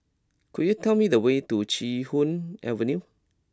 could you tell me the way to Chee Hoon Avenue